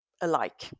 alike